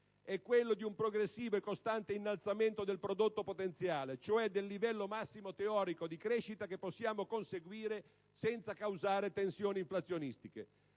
è quello di un progressivo e costante innalzamento del prodotto interno lordo potenziale, cioè del livello massimo teorico di crescita che possiamo conseguire senza causare tensioni inflazionistiche.